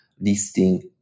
listing